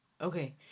Okay